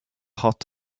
hot